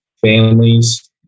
families